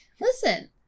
Listen